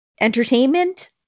entertainment